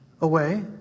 away